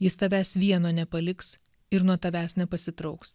jis tavęs vieno nepaliks ir nuo tavęs nepasitrauks